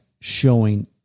showing